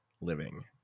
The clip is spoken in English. living